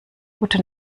gute